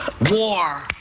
war